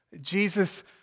Jesus